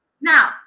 Now